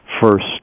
first